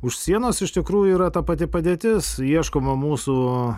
už sienos iš tikrųjų yra ta pati padėtis ieškoma mūsų